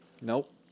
nope